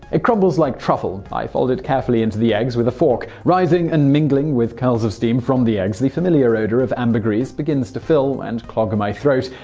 it crumbles like truffle. i fold it carefully into the eggs with a fork. rising and mingling with curls of steam from the eggs, the familiar odor of ambergris begins to fill and clog my throat,